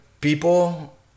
people